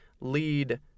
lead